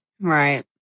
Right